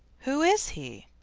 who is he?